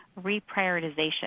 reprioritization